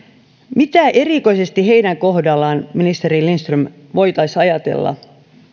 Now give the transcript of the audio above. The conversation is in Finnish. mitä erikoisesti heidän kohdallaan ministeri lindström voitaisiin ajatella